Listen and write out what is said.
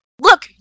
Look